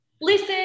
Listen